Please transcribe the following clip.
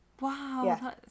wow